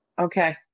okay